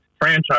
franchise